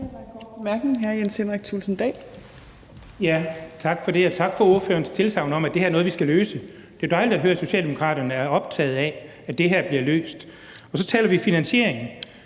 Tak for det. Og tak for ordførerens tilsagn om, at det her er noget, vi skal løse. Det er dejligt at høre, at Socialdemokraterne er optaget af, at det her bliver løst. Og så taler vi om finansieringen,